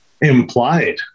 implied